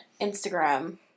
Instagram